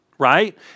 right